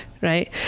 right